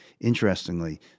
interestingly